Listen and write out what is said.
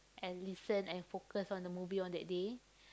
and listen and focus on the movie on that day